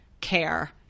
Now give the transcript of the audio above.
care